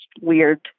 weird